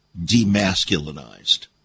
demasculinized